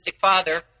father